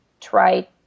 try